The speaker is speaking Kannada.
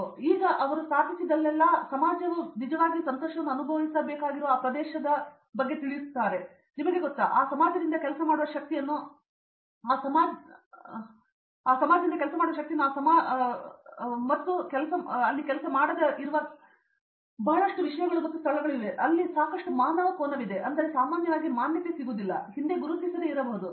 ಆದರೆ ಈಗ ಅವರು ಸ್ಥಾಪಿಸಿದಲ್ಲೆಲ್ಲಾ ಅವರು ಮತ್ತು ಸಮಾಜವು ನಿಜವಾಗಿಯೂ ಸಂತೋಷವನ್ನು ಅನುಭವಿಸಬೇಕಾಗಿರುವ ಆ ಪ್ರದೇಶದ ಬಳಿ ಸಮಾಜವನ್ನು ನಿಮಗೆ ತಿಳಿದಿರುತ್ತದೆ ನಿಮಗೆ ಗೊತ್ತಾ ಅವರು ಆ ಸಮಾಜದಿಂದ ಕೆಲಸ ಮಾಡುವ ಶಕ್ತಿಯನ್ನು ಆ ಸಮಾಜದಿಂದ ಕೆಲಸ ಮಾಡುವುದು ಕೆಲಸ ಮಾಡುವುದಿಲ್ಲ ಮತ್ತು ಬಹಳಷ್ಟು ಸ್ಥಳಗಳು ಇವೆ ಅದರಲ್ಲಿ ಸಾಕಷ್ಟು ಮಾನವ ಕೋನವಿದೆ ಅದು ಸಾಮಾನ್ಯವಾಗಿ ಮಾನ್ಯತೆ ಮಾಡಿಲ್ಲ ಅಥವಾ ಹಿಂದೆ ಗುರುತಿಸದೆ ಇರಬಹುದು